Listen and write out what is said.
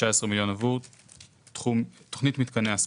19 מיליון עבור תוכנית מתקני הספורט.